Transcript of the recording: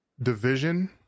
division